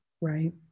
right